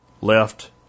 Left